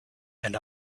and